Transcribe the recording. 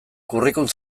curriculum